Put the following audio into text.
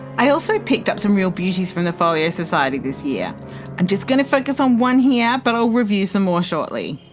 i also picked up some real beauties from the folio society this year i'm just going to focus on one here but i'll review some more shortly.